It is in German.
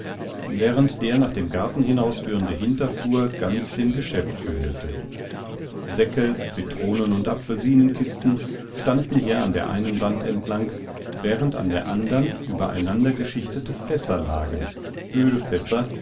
während der nach dem garten hinausführende hinterflur ganz dem geschäft gehörte säcke citronen und apfelsinenkisten standen hier an der einen wand entlang während an der andern übereinandergeschichtete fässer lagen